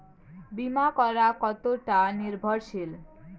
বীমা করা কতোটা নির্ভরশীল?